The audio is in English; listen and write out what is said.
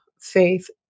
faith